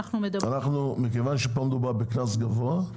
מכיוון שמדובר פה בקנס גבוה,